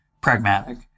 pragmatic